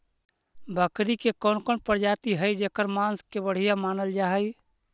बकरी के कौन प्रजाति हई जेकर मांस के बढ़िया मानल जा हई?